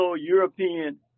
European